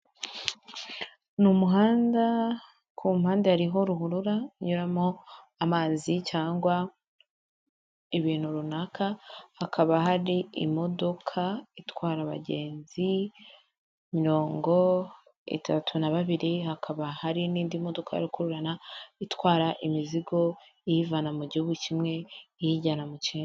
Ni umuhanda, ku mpande hariho ruhurura inyuramo amazi cyangwa ibintu runaka, hakaba hari imodoka itwara abagenzi mirongo itatu na babiri, hakaba hari n'indi modoka ya rukururana itwara imizigo iyivana mu gihugu kimwe iyijyana mu kindi.